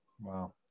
Wow